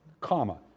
Comma